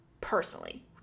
personally